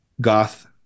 goth